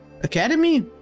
academy